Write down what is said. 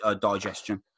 digestion